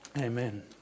Amen